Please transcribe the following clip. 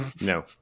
no